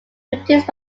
produced